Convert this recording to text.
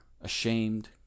ashamed